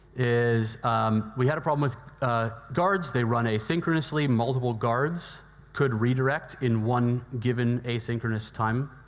is we had a problem with ah guards. they run asynchronously, multiple guards could redirect in one given asynchronous time,